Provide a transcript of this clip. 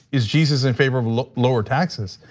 is jesus in favor of lower lower taxes?